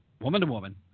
woman-to-woman